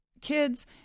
kids